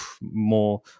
more